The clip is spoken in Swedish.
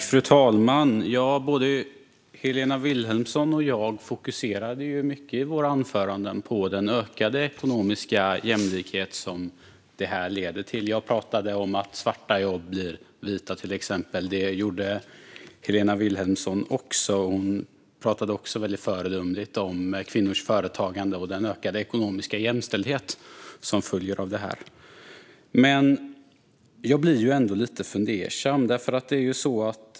Fru talman! Både Helena Vilhelmsson och jag fokuserade mycket i våra anföranden på den ökade ekonomiska jämlikhet som detta leder till. Jag talade till exempel om att svarta jobb blir vita, och det gjorde Helena Vilhelmsson också. Hon talade också väldigt föredömligt om kvinnors företagande och den ökade ekonomiska jämställdhet som följer av detta. Ändå blir jag lite fundersam.